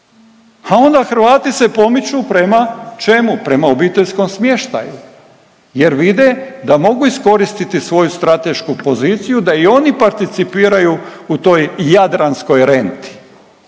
a onda Hrvati se pomiču prema čemu? Prema obiteljskom smještaju jer vide da mogu iskoristiti svoju stratešku poziciju da i oni participiraju u toj jadranskoj renti.